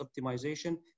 optimization